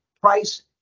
price